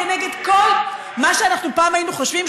כנגד כל מה שאנחנו פעם היינו חושבים,